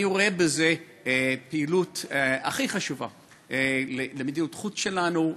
אני רואה בזה פעילות הכי חשובה למדיניות החוץ שלנו.